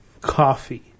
Coffee